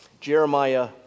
Jeremiah